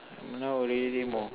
now already more